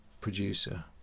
producer